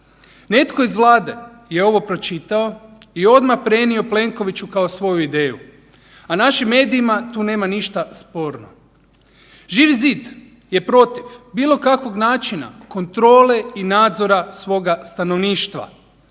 Netko iz Vlade je ovo pročitao i odmah prenio Plenkoviću kao svoju ideju, a našim medijima tu nema ništa sporno. Živi zid je protiv bilo kakvog načina kontrole i nadzora svoga stanovništva.